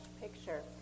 picture